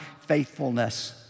faithfulness